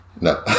No